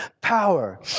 power